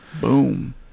Boom